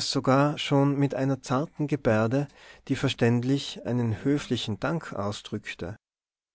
sogar schon mit einer zarten gebärde die verständlich einen höflichen dank ausdrückte